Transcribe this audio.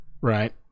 right